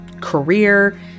career